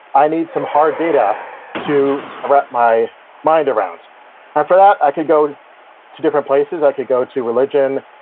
i need some hard data to wrap my mind around for that, i could go to different places. i could go to religion.